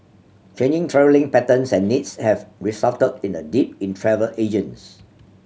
changing travelling patterns and needs have resulted in a dip in travel agents